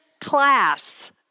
class